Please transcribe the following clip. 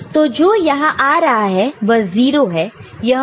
तो जो यहां आ रहा है वह 0 है